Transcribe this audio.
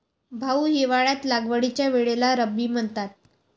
भाऊ, हिवाळ्यात लागवडीच्या वेळेला रब्बी म्हणतात